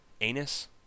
anus